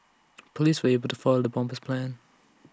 Police were able to foil the bomber's plans